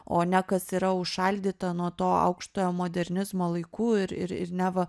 o ne kas yra užšaldyta nuo to aukštojo modernizmo laikų ir ir ir neva